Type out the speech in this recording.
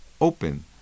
open